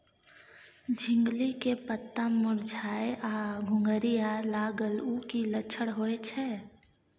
झिंगली के पत्ता मुरझाय आ घुघरीया लागल उ कि लक्षण होय छै?